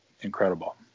incredible